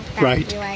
Right